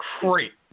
Great